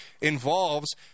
involves